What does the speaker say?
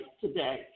today